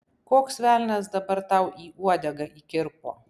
koks velnias dabar tau į uodegą įkirpo